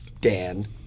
Dan